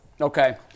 Okay